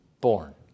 born